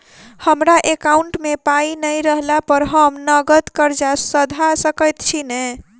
हमरा एकाउंट मे पाई नै रहला पर हम नगद कर्जा सधा सकैत छी नै?